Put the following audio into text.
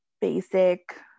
basic